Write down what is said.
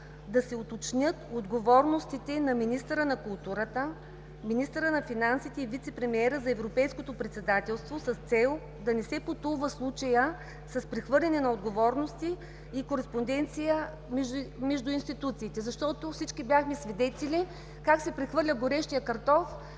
да се уточнят отговорностите на министъра на културата, министъра на финансите и вицепремиера за европейското председателство с цел да не се потулва случаят с прехвърляне на отговорности и кореспонденция между институциите, защото всички бяхме свидетели как се прехвърля „горещият картоф“